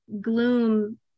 Gloom